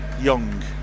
Young